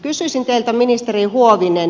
kysyisin teiltä ministeri huovinen